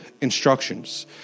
instructions